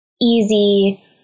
easy